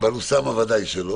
על אוסאמה ודאי שלא